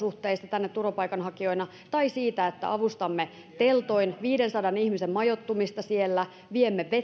tänne turvapaikanhakijoina tai siitä että avustamme teltoin viidensadan ihmisen majoittumista siellä viemme